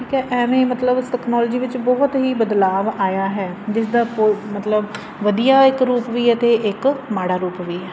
ਠੀਕ ਆ ਐਵੇਂ ਮਤਲਬ ਟੈਕਨੋਲੋਜੀ ਵਿੱਚ ਬਹੁਤ ਹੀ ਬਦਲਾਵ ਆਇਆ ਹੈ ਜਿਸ ਦਾ ਕੋ ਮਤਲਬ ਵਧੀਆ ਇੱਕ ਰੂਪ ਵੀ ਹੈ ਅਤੇ ਇੱਕ ਮਾੜਾ ਰੂਪ ਵੀ ਹੈ